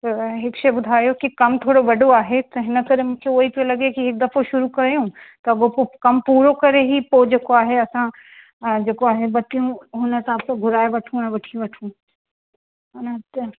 त हिक शइ ॿुधायो कि कमु थोरो वॾो आहे त हिन करे मूंखे उहो ई पियो लॻे हिकु दफ़े शुरू कयूं त अॻो पो कमु पूरो करे ही पो जेको आहे असां जेको आहे बत्तियूं हुन हिसाब सां घुराए वठूं ऐं वठी वठूं हान त